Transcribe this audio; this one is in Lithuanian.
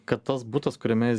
kad tas butas kuriame jis